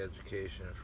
education